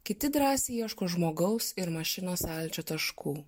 kiti drąsiai ieško žmogaus ir mašinos sąlyčio taškų